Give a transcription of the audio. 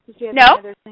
No